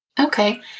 Okay